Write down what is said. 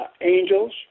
angels